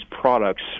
products